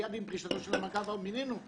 מייד עם פרישתו של המנכ"ל מינינו.